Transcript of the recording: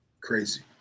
Crazy